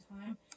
time